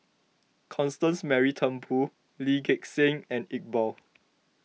Constance Mary Turnbull Lee Gek Seng and Iqbal